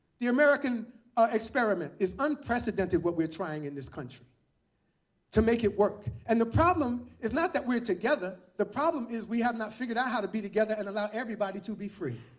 the american experiment is unprecedented what we're trying in this country to make it work. and the problem is not that we're together. the problem is we have not figured out how to be together and allow everybody to be free.